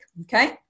Okay